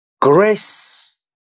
grace